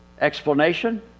Explanation